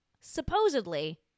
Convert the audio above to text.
supposedly